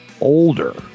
older